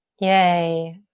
yay